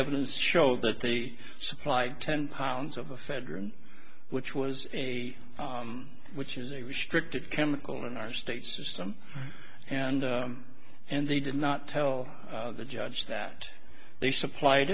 evidence showed that the supply ten pounds of a federal which was a which is a restricted chemical in our state system and and they did not tell the judge that they supplied